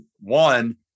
one-